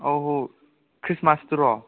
ꯑꯧ ꯈ꯭ꯔꯤꯁꯃꯥꯁꯇꯨꯔꯣ